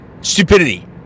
stupidity